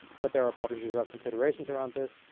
but there are publishers who have considerations around this.